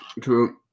True